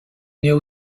néo